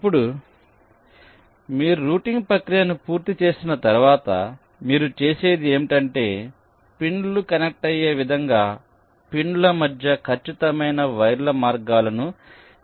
ఇప్పుడు మీరు రూటింగ్ ప్రక్రియను పూర్తి చేసిన తర్వాత మీరు చేసేది ఏమిటంటే పిన్లు కనెక్ట్ అయ్యే విధంగా పిన్ల మధ్య ఖచ్చితమైన వైర్ల మార్గాలను నిర్ణయిస్తారు